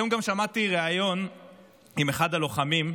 היום שמעתי ריאיון עם אחד הלוחמים,